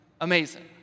amazing